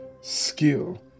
skill